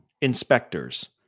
inspectors